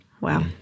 Wow